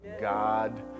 God